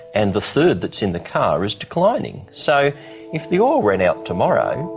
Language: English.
and the third that's in the car is declining. so if the oil ran out tomorrow,